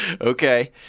Okay